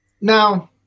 Now